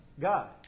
God